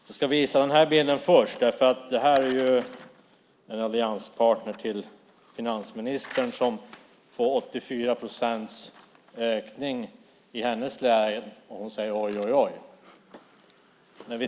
Jag vill börja med att visa en tidningsbild där en allianspartner till finansministern säger oj, oj, oj till att 84 procent av Kalmar läns småhusägare får höjd skatt.